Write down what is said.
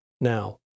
Now